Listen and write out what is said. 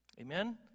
Amen